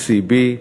ECB,